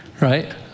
right